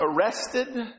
arrested